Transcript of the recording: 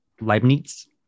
Leibniz